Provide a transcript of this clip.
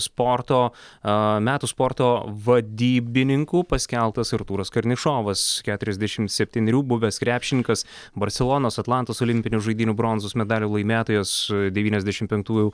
sporto a metų sporto vadybininku paskelbtas artūras karnišovas keturiasdešimt septynerių buvęs krepšininkas barselonos atlantos olimpinių žaidynių bronzos medalių laimėtojas devyniasdešimt penktųjų